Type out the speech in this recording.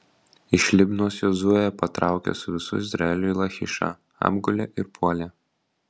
iš libnos jozuė patraukė su visu izraeliu į lachišą apgulė ir puolė